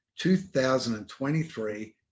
2023